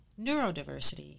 neurodiversity